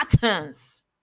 patterns